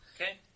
Okay